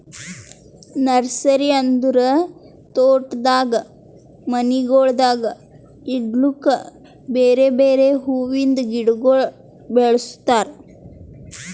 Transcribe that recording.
nursery ಅಂದುರ್ ತೋಟದಾಗ್ ಮನಿಗೊಳ್ದಾಗ್ ಇಡ್ಲುಕ್ ಬೇರೆ ಬೇರೆ ಹುವಿಂದ್ ಗಿಡಗೊಳ್ ಬೆಳುಸ್ತಾರ್